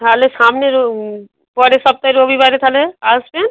তাহলে সামনের রবি পরের সপ্তাহে রবিবারে তাহলে আসবেন